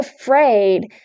afraid